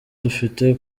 dufite